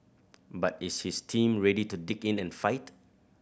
but is his team ready to dig in and fight